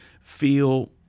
feel